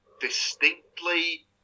Distinctly